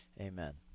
Amen